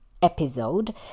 episode